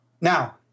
Now